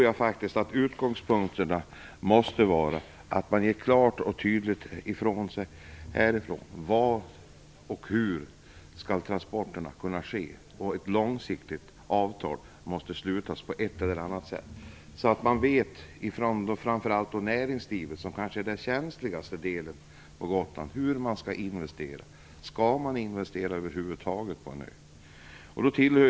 Jag tror att utgångspunkten då måste vara att klart och tydligt säga ifrån var och hur transporterna skall kunna ske. På ett eller annat sätt måste ett långsiktigt avtal slutas, så att man inom näringslivet, den känsligaste faktorn på Gotland, vet hur man skall investera. Skall man över huvud taget investera på en ö?